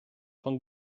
von